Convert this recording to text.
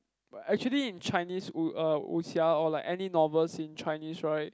but actually in Chinese 武 uh 武俠:wuxia or like any novels in Chinese right